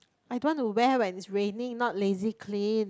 I don't want to wear when it's raining not lazy clean